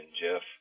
Jeff